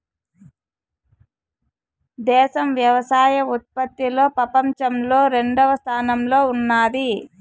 దేశం వ్యవసాయ ఉత్పత్తిలో పపంచంలో రెండవ స్థానంలో ఉన్నాది